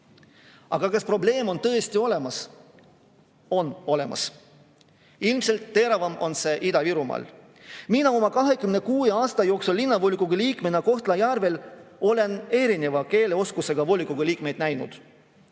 Aga kas probleem on tõesti olemas? On olemas. Ilmselt teravam on see Ida-Virumaal. Mina olen 26 aasta jooksul linnavolikogu liikmena Kohtla-Järvel erineva keeleoskusega volikogu liikmeid näinud.